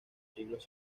siglos